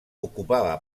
ocupava